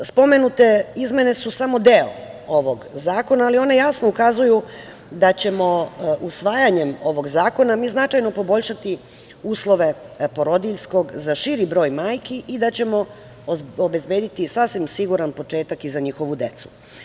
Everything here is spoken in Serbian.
Spomenute izmene su samo deo ovog zakona, ali one jasno ukazuju da ćemo usvajanjem ovog zakona značajno poboljšati uslove porodiljskog za širi broj majki i da ćemo obezbediti sasvim siguran početak i za njihovu decu.